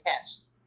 test